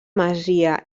masia